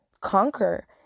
conquer